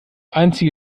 einzige